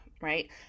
right